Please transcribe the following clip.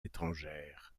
étrangères